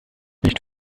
nicht